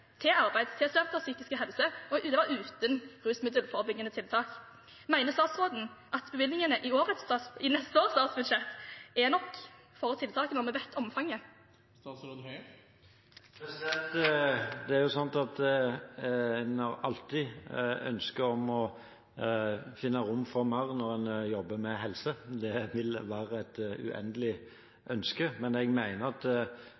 til arbeid til studenters psykiske helse, og det var uten rusmiddelforebyggende tiltak. Mener statsråden at bevilgningene i neste års statsbudsjett er nok for tiltaket, når vi vet omfanget? Det er sånn at en alltid har ønske om å finne rom for mer når en jobber med helse. Det vil være et uendelig ønske. Men jeg mener at